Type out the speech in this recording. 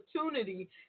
opportunity